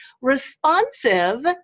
Responsive